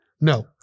No